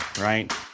right